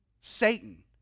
Satan